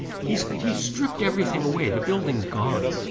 he's he's stripped everything away, the building's gone.